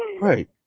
Right